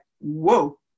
whoa